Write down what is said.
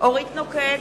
אורית נוקד,